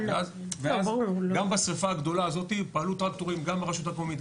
גם בשריפה הגדולה הזאת פעלו טרקטורים גם מהרשות המקומית,